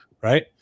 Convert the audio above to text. right